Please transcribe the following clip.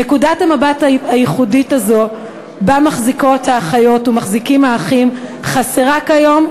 נקודת המבט הייחודית הזאת שבה מחזיקות האחיות ומחזיקים האחים חסרה כיום,